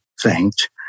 thanked